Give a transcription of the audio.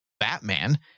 Batman